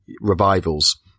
revivals